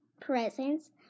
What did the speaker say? Presents